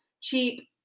cheap